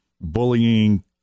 bullying